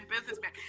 businessman